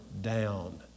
down